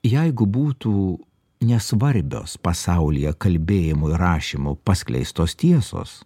jeigu būtų nesvarbios pasaulyje kalbėjimo rašymo paskleistos tiesos